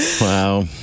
Wow